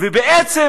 וקובע עמדה.